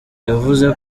yavuze